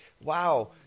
wow